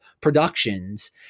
productions